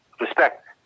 respect